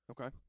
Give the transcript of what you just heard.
Okay